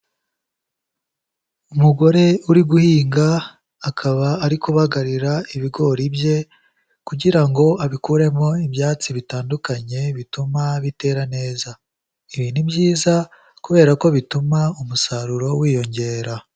Umugore uri guhinga akaba ari kubagarira ibigori bye kugira ngo abikuremo ibyatsi bitandukanye bituma bitera neza, ibi ni byiza kubera ko bituma umusaruro wiyongera.